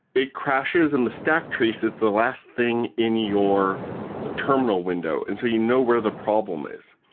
it crashes, and the stack trace is the last thing in your terminal window. and so you know where the problem is.